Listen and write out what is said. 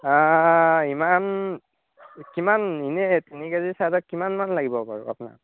ইমান কিমান এনেই তিনি কে জি ছাইজৰ কিমানমান লাগিব বাৰু আপোনাক